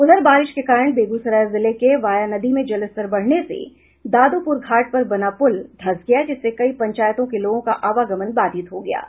उधर बारिश के कारण बेगूसराय जिले के वाया नदी में जलस्तर बढ़ने से दादूपुर घाट पर बना पुल धंस गया जिससे कई पंचायतों के लोगों का आवागमन बाधित हो गया है